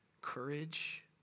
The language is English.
courage